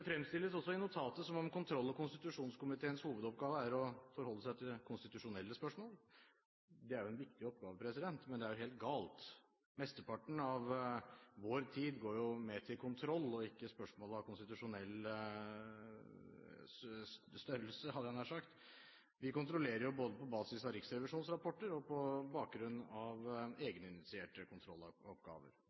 fremstilles også i notatet som om kontroll- og konstitusjonskomiteens hovedoppgave er å forholde seg til konstitusjonelle spørsmål. Det er en viktig oppgave, men det er helt galt. Mesteparten av vår tid går jo med til kontroll og ikke til spørsmål av konstitusjonell størrelse – hadde jeg nær sagt. Vi kontrollerer både på basis av Riksrevisjonens rapporter og på bakgrunn av egeninitierte kontrolloppgaver.